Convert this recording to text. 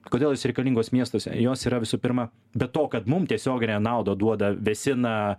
kodėl jos reikalingos miestuose jos yra visų pirma be to kad mum tiesioginę naudą duoda vėsina